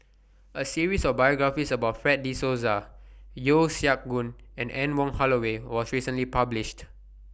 A series of biographies about Fred De Souza Yeo Siak Goon and Anne Wong Holloway was recently published